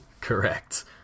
Correct